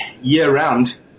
year-round